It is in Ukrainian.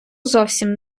зовсім